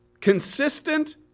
consistent